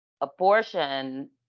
abortion